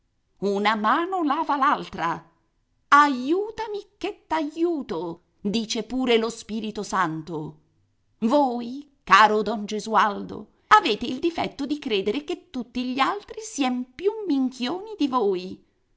una mano lava l'altra aiutami che t'aiuto dice pure lo spirito santo voi caro don gesualdo avete il difetto di credere che tutti gli altri sien più minchioni di voi